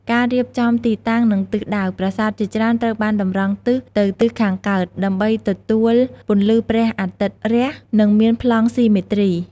ការរៀបចំទីតាំង និងទិសដៅ ប្រាសាទជាច្រើនត្រូវបានតម្រង់ទិសទៅទិសខាងកើត ដើម្បីទទួលពន្លឺព្រះអាទិត្យរះ និងមានប្លង់ស៊ីមេទ្រី។